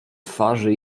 twarzy